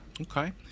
okay